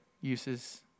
uses